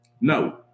No